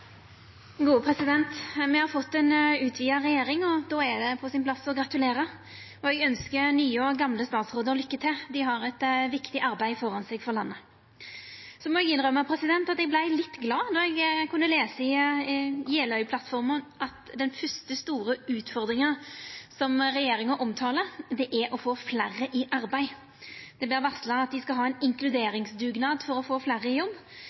gode velferdsordninger, gjennom å sikre at vi har et godt sikkerhetsnett som ivaretar alle mennesker som kommer i ulike vanskeligheter gjennom livet. Replikkordskiftet er avslutta. Me har fått ei utvida regjering, og då er det på sin plass å gratulera. Eg ønskjer nye og tidlegare statsrådar lykke til. Dei har eit viktig arbeid for landet framfor seg. Så må eg innrømma at eg vart litt glad då eg kunne lesa i Jeløya-plattforma at den første store utfordringa som regjeringa omtalar, er å få fleire i arbeid. Det vert varsla at